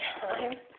time